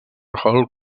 hall